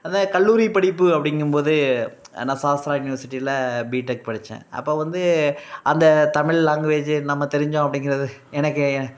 அந்த கல்லூரி படிப்பு அப்படிங்கும் போது நான் சாஸ்த்ரா யுனிவர்சிட்டியில் பிடெக் படிச்சேன் அப்போ வந்து அந்த தமிழ் லாங்குவேஜு நம்ம தெரிஞ்சோம் அப்படிங்கிறது எனக்கு